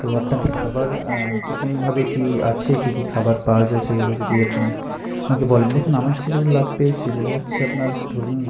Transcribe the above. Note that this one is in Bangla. তো আপনাদের খাবার কেরকমভাবে কী আছে কী কী খাবার পাওয়া যায় সেগুলো যদি আপনি আমাকে বলেন দেখুন আমার যেগুলো লাগবে সেগুলো হচ্ছে আপনার ধরুন